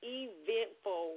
eventful